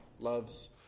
loves